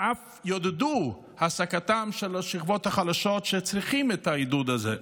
ואף יעודדו העסקתן של השכבות החלשות שצריכות את העידוד הזה.